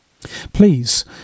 Please